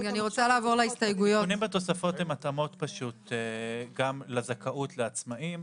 התיקונים בתוספות הם התאמות גם לזכאות לעצמאים.